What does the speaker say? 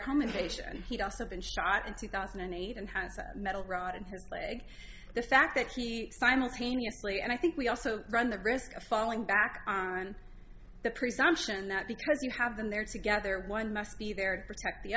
home invasion he'd also been shot in two thousand and eight and has a metal rod in his leg the fact that he simultaneously and i think we also run the risk of falling back on the presumption that because you have them there together one must be there to protect the